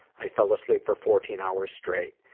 i fell asleep for fourteen hours straight.